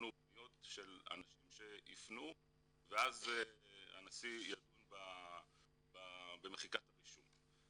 פניות של אנשים שיפנו ואז הנשיא ידון במחיקת הרישום.